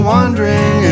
Wondering